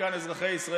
והשקיע